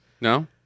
No